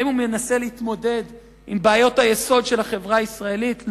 האם הוא מנסה להתמודד עם בעיות היסוד של החברה הישראלית?